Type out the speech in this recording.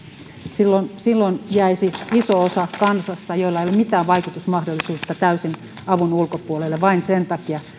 silloin silloin jäisi iso osa kansasta jolla ei ole mitään vaikutusmahdollisuutta täysin avun ulkopuolelle vain sen takia